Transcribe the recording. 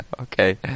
Okay